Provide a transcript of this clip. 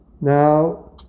Now